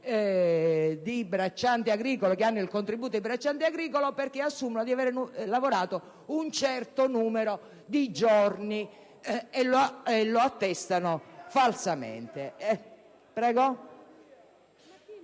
da bracciante agricolo perché assumono di aver lavorato un certo numero di giorni e lo attestano falsamente.